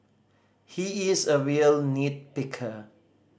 he is a real nit picker